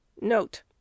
note